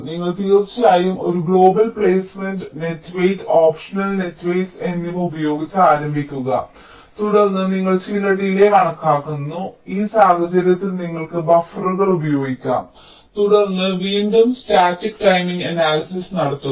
നിങ്ങൾ തീർച്ചയായും ഒരു global placement net weight optional net weights എന്നിവ ഉപയോഗിച്ച് ആരംഭിക്കുക തുടർന്ന് നിങ്ങൾ ചില ഡിലേയ് കണക്കാക്കുന്നു ഈ സാഹചര്യത്തിൽ നിങ്ങൾക്ക് ബഫറുകൾ ഉപയോഗിക്കാം തുടർന്ന് നിങ്ങൾ വീണ്ടും സ്റ്റാറ്റിക് ടൈമിംഗ് അനാലിസിസ് നടത്തുക